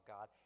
God